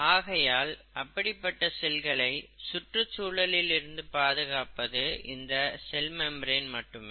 ஆகையால் அப்படிப்பட்ட செல்களை சுற்றுச் சூழலில் இருந்து பாதுகாப்பது இந்த செல் மெம்பிரன் மட்டுமே